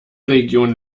region